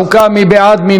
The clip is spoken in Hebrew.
מי נגד?